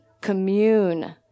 Commune